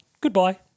goodbye